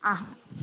आ